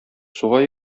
суга